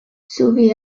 zubi